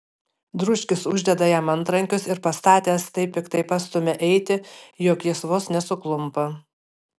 dručkis uždeda jam antrankius ir pastatęs taip piktai pastumia eiti jog jis vos nesuklumpa